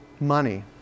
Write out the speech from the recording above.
money